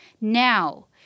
Now